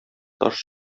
таш